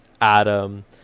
Adam